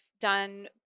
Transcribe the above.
done